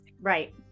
Right